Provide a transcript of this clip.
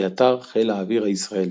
באתר חיל האוויר הישראלי